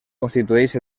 constitueix